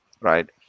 Right